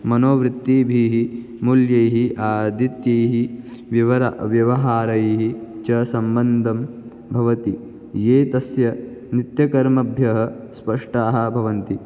मनोवृत्तिभिः मूल्यैः आदित्यैः व्यवर व्यवहारैः च सम्बन्धं भवति ये तस्य नित्यकर्मेभ्यः स्पष्टाः भवन्ति